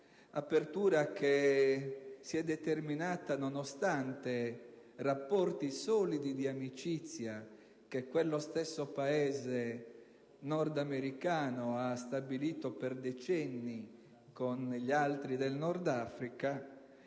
(apertura che si è determinata nonostante rapporti solidi di amicizia che quello stesso Paese nordamericano ha stabilito per decenni con gli altri del Nord Africa)